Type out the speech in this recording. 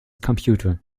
computer